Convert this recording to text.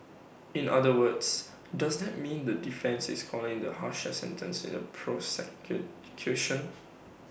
in other words does that mean that the defence is calling the harsher sentence prosecution